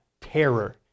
terror